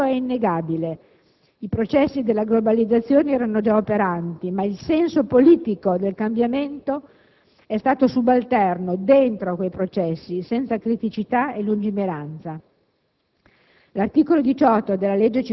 Che il cambiamento fosse necessario è innegabile. I processi della globalizzazione erano già operanti. Ma il senso politico del cambiamento è stato subalterno e dentro a quei processi, senza criticità e lungimiranza.